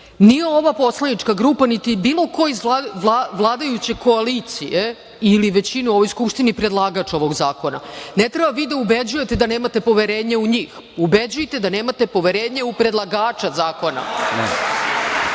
nije ova poslanička grupa, niti bilo ko iz vladajuće koalicije ili većina u ovoj Skupštini predlagač ovog zakona. Ne treba vi da ubeđujete da nemate poverenje u njih, ubeđujete da nemate poverenje predlagača zakona.